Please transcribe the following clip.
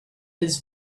his